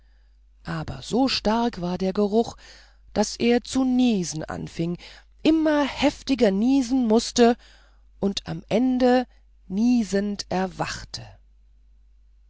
aber so stark war der geruch daß er zu niesen anfing immer heftiger niesen mußte und am ende niesend erwachte